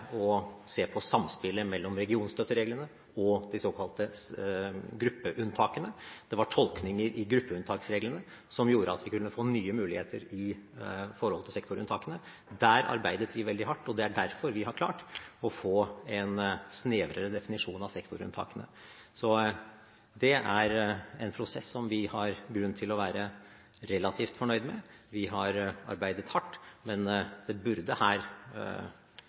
å se på samspillet mellom regionalstøttereglene og de såkalte gruppeunntakene. Det var tolkninger i gruppeunntaksreglene som gjorde at vi kunne få nye muligheter når det gjelder sektorunntakene. Der arbeidet vi veldig hardt, og det er derfor vi har klart å få en snevrere definisjon av sektorunntakene. Så det er en prosess som vi har grunn til å være relativt fornøyd med. Vi har arbeidet hardt, men det burde her